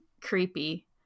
creepy